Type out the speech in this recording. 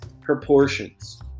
proportions